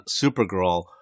Supergirl